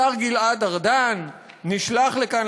השר גלעד ארדן נשלח לכאן,